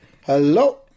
Hello